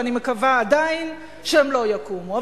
ואני מקווה עדיין שהן לא יקומו,